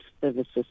services